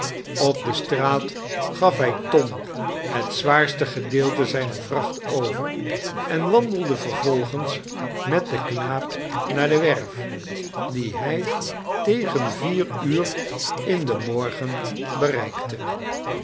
op de straat gaf hij tom het zwaarste gedeelte zijner vracht over en wandelde vervolgens met den knaap naar de werf die hij tegen vier nur in den morgen bereikte